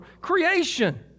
creation